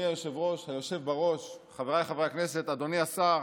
היושב-ראש, חבריי חברי הכנסת, אדוני השר,